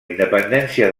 independència